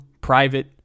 private